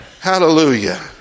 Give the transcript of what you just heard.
Hallelujah